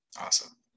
Awesome